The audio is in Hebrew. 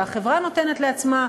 שהחברה נותנת לעצמה.